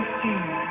see